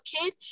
kid